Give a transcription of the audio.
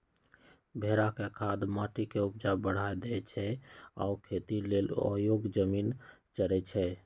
भेड़ा के खाद माटी के ऊपजा बढ़ा देइ छइ आ इ खेती लेल अयोग्य जमिन चरइछइ